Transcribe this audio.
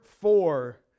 four